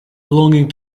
belonging